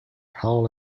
howl